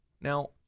Now